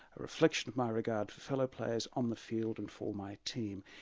a reflection of my regard for fellow players on the field and for my team.